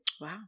Wow